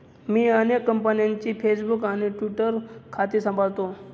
मी अनेक कंपन्यांची फेसबुक आणि ट्विटर खाती सांभाळतो